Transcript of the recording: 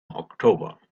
october